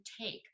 take